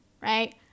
right